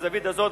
מהזווית הזאת,